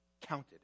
Counted